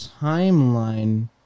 timeline